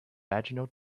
vaginal